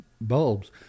bulbs